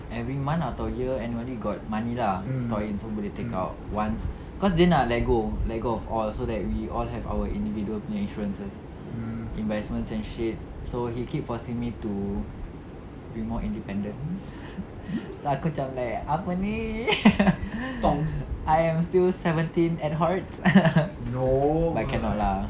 every month atau year annually got money lah store in so can take out once cause dia nak let go let go of all so that we all have our individual punya insurances investments and shit so he keep forcing me to be more independent so aku macam like apa ni I am still seventeen at heart but cannot lah